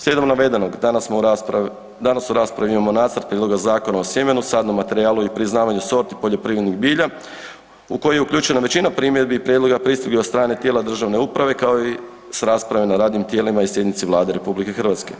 Slijedom navedenog danas u raspravi imamo nacrt prijedloga Zakona o sjemenu, sadnom materijalu i priznavanju sorti poljoprivrednih bilja u koji je uključena većina primjedbi i prijedloga pristiglih od strane tijela državne uprave, kao i s rasprave na radnim tijelima i sjednici Vlade RH.